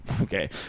Okay